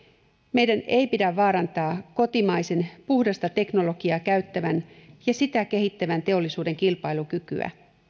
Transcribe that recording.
meidän ei pidä vaarantaa kotimaisen puhdasta teknologiaa käyttävän ja sitä kehittävän teollisuuden kilpailukykyä